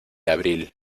abril